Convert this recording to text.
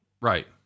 right